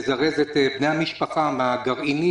לזרז את בדיקות בני המשפחה הגרעינית?